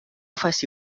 faci